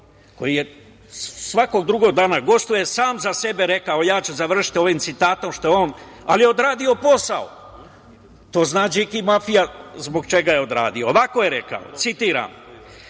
koji svakog drugog dana gostuje je sam za sebe rekao, ja ću završiti ovim citatom, ali je odradio posao. To zna Điki mafija zbog čega je odradio. Ovako je rekao 25.